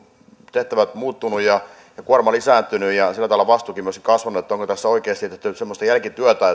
tehtävät muuttuneet ja kuorma lisääntynyt ja sillä tavalla vastuukin myös kasvanut niin onko tässä oikeasti tehty semmoista järkityötä